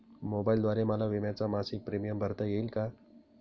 मोबाईलद्वारे मला विम्याचा मासिक प्रीमियम भरता येईल का?